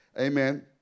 Amen